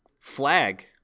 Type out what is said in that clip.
Flag